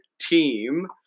team